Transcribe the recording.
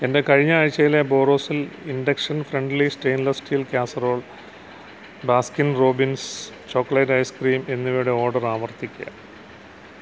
എന്റെ കഴിഞ്ഞ ആഴ്ച്ചയിലെ Borosil induction friendly stainless steel casserole Baskin Robbins chocolate ice cream എന്നിവയുടെ ഓർഡർ ആവർത്തിക്കുക